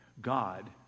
God